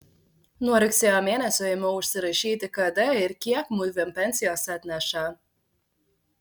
nuo rugsėjo mėnesio ėmiau užsirašyti kada ir kiek mudviem pensijos atneša